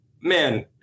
man